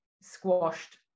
squashed